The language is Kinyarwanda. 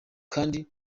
kandi